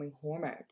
hormones